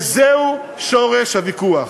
וזהו שורש הוויכוח.